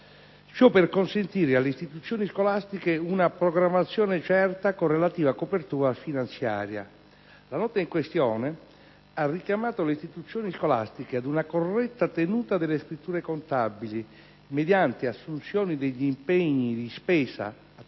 Ciò per consentire alle istituzioni scolastiche una programmazione certa con relativa copertura finanziaria. La nota in questione ha richiamato le istituzioni scolastiche ad una corretta tenuta delle scritture contabili mediante assunzioni degli impegni di spesa a tutela